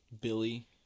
Billy